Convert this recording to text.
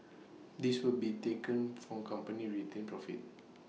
this will be taken from company's retained profits